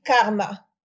karma